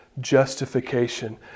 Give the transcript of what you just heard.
justification